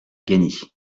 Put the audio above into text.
gagny